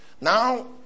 now